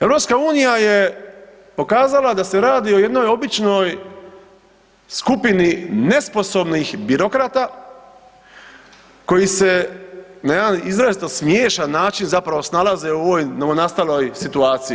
EU je pokazala da se radi o jednoj običnoj skupini nesposobnih birokrata koji se na jedan izrazito smiješan način zapravo snalaze u ovoj novonastaloj situaciji.